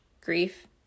grief